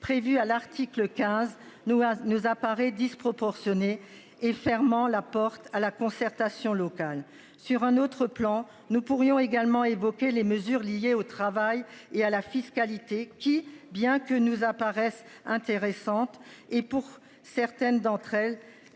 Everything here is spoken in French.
prévu à l'article 15 nous nous apparaît disproportionnée et fermant la porte à la concertation locale sur un autre plan, nous pourrions également évoqué les mesures liées au travail et à la fiscalité qui bien que nous apparaissent intéressante et pour certaines d'entre elles